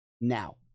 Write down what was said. Now